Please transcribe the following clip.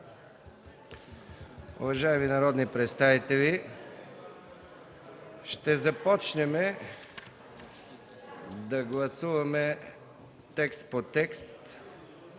Уважаеми народни представители, ще започнем да гласуваме текст по текст,